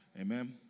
Amen